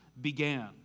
began